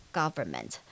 government